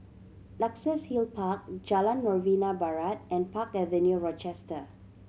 Luxus Hill Park Jalan Novena Barat and Park Avenue Rochester